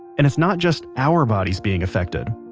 and it's not just our bodies being affected.